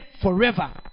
forever